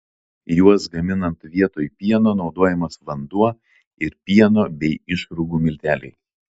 juos gaminant vietoj pieno naudojamas vanduo ir pieno bei išrūgų milteliai